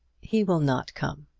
he will not come.